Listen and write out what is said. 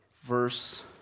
verse